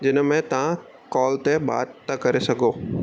जिन में तव्हां कॉल ते बाति था करे सघो